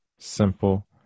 Simple